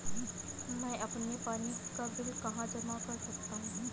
मैं अपने पानी का बिल कहाँ जमा कर सकता हूँ?